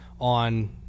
on